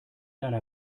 einer